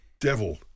Devil